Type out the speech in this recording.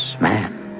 man